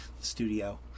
Studio